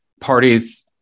parties